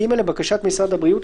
לבקשת משרד הבריאות,